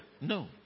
no